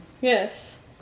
Yes